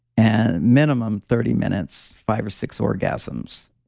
and minimum thirty minutes, five or six orgasms.